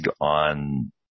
on